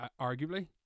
arguably